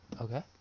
Okay